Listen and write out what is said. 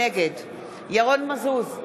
נגד ירון מזוז,